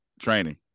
training